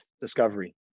discovery